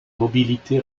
mobilité